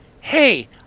hey